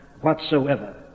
whatsoever